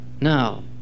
Now